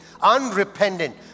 unrepentant